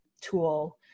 tool